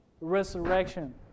resurrection